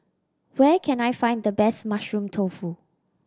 where can I find the best Mushroom Tofu